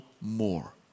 more